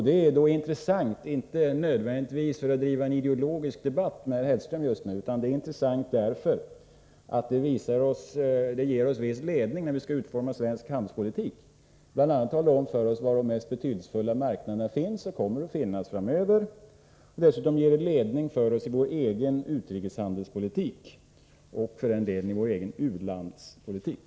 Detta är intressant — inte nödvändigtvis för att jag just nu skulle föra en ideologisk debatt med herr Hellström, utan därför att det ger oss viss ledning när vi skall utforma svensk handelspolitik. Bl. a. talar det om för oss var de mest betydelsefulla marknaderna finns och kommer att finnas framöver. Dessutom ger det oss ledning i vår egen utrikeshandelspolitik — och för den delen också i vår egen u-landspolitik.